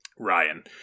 Ryan